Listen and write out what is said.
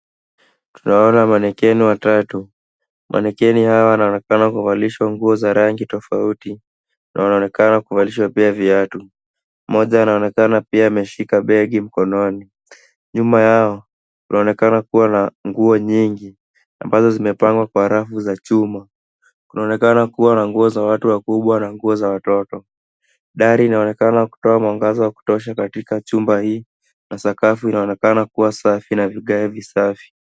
Tunaona manekini watatu. Manekini hawa wanaonekana kuvalishwa nguo za rangi tofauti na wanaonekana kuvalishwa pia viatu. Mmoja anaonekana pia kushika begi mkononi. Nyuma yao inaonekana kuwa na nguo nyingi ambazo zimepangwa kwa rafu za chuma. Kunaonekana kuwa na nguo za watu wakubwa na nguo za watoto. Dari inaonekana kutoa mwangaza wa kutosha katika chumba hii. Na sakafu inaonekana kuwa safi na vigae visafi.